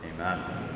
Amen